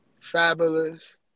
Fabulous